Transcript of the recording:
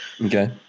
Okay